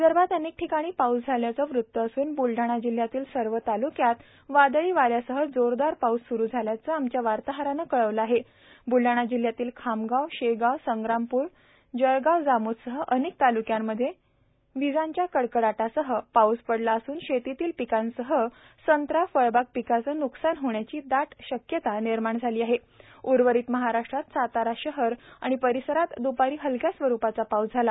विदर्भात अनेक ठिकाणी पाऊस झाल्याचं वृत्त असून बुलडाणा जिल्ह्यातील सर्व ताल्क्यात वादळी वान्यासह जोरदार पाऊस स्रु झाल्याचे आमच्या वार्ताहराने कळवले आहे ब्लढाणा जिल्ह्यातील खामगाव शेगाव संग्रामपूर जळगाव जामोदसह अनेक ताल्क्यांमध्ये ठिकाणी विजांच्या कडकडाटासह पाऊस पडला असून शेतातील पिकासह संत्रा फळबाग पिकाचे न्कसान होण्याची दाट शक्यता निर्माण झाली आहे उर्वरित महाराष्ट्रात सातारा शहर आणि परिसरात द्पारी हलक्या स्वरूपाचा पाऊस झाला